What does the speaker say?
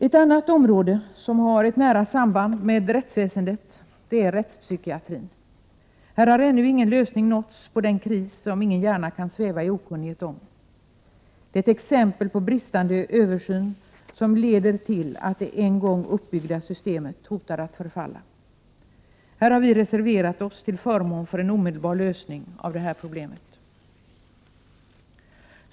Ett annat område som har ett nära samband med rättsväsendet är rättspsykiatrin. Här har det ännu inte gått att nå en lösning på den kris som ingen gärna kan sväva i okunnighet om. Det är ett exempel på bristande översyn, som leder till att det en gång uppbyggda systemet hotar att förfalla. Vi har reserverat oss till förmån för en omedelbar lösning av problemet.